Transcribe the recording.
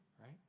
right